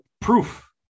proof